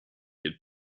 had